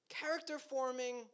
character-forming